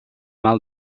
mal